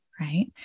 right